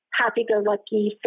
happy-go-lucky